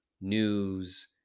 news